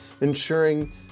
ensuring